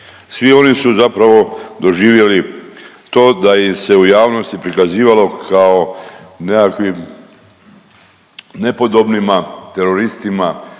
Svi oni su zapravo doživjeli to da ih se u javnosti prikazivalo kao nekakvim nepodobnima, teroristima